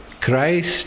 Christ